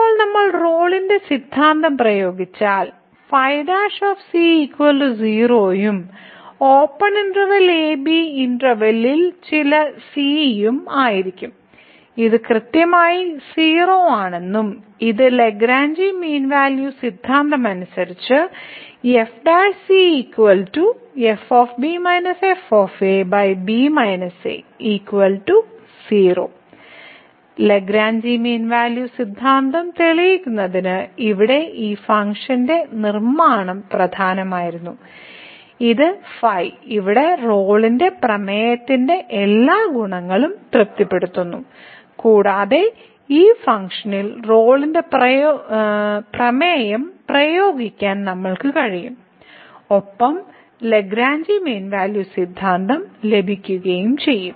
ഇപ്പോൾ നമ്മൾ റോളിന്റെ സിദ്ധാന്തം പ്രയോഗിച്ചാൽ ϕ0 ഉം ഓപ്പൺ ഇന്റെർവെല്ലിലെ a b ഇന്റെർവെല്ലിൽ ചില c യും ആയിരിക്കും ഇത് കൃത്യമായി 0 ആണെന്നും ഇത് ലഗ്രാഞ്ചി മീൻ വാല്യൂ സിദ്ധാന്തം അനുസരിച്ചു f ' ലഗ്രാഞ്ചി മീൻ വാല്യൂ സിദ്ധാന്തം തെളിയിക്കുന്നതിന് ഇവിടെ ഈ ഫംഗ്ഷന്റെ നിർമ്മാണം പ്രധാനമായിരുന്നു ഇത് ϕ ഇവിടെ റോളിന്റെ പ്രമേയത്തിന്റെ എല്ലാ ഗുണങ്ങളും തൃപ്തിപ്പെടുത്തുന്നു കൂടാതെ ഈ ഫംഗ്ഷനിൽ റോളിന്റെ പ്രമേയം പ്രയോഗിക്കാൻ നമ്മൾക്ക് കഴിയും ഒപ്പം ലഗ്രാഞ്ചി മീൻ വാല്യൂ സിദ്ധാന്തം ലഭിക്കുകയും ചെയ്യും